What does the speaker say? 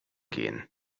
gehen